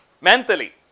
mentally